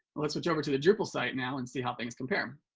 let's switch over to the drupal site now and see how things compare.